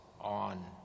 on